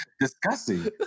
disgusting